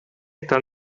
está